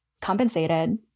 compensated